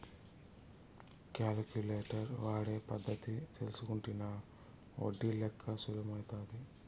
calculator వాడే పద్ధతి తెల్సుకుంటినా ఒడ్డి లెక్క సులుమైతాది